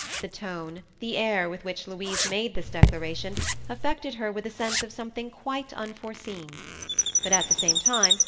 the tone, the air, with which louise made this declaration affected her with a sense of something quite unforeseen but, at the same time,